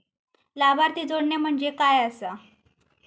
लाभार्थी जोडणे म्हणजे काय आसा?